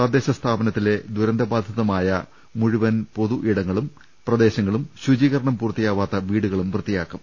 തദ്ദേശ സ്ഥാപനത്തിലെ ദുരന്ത ബാധിതമായ മുഴുവൻ പൊതു ഇടങ്ങളും പ്രദേശങ്ങളും ശുചീകരണം പൂർത്തിയാവാത്ത വീടുകളും വൃത്തിയാക്കും